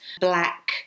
black